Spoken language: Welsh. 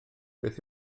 beth